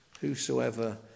Whosoever